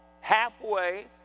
halfway